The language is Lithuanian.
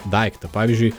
daiktą pavyzdžiui